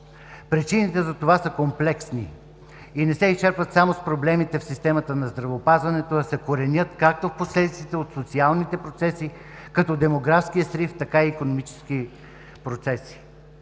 Причините за това са комплексни и не се изчерпват само с проблемите в системата на здравеопазването, а се коренят както в последиците от социалните процеси като демографския срив, така и икономически процеси.